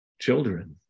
children